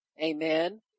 amen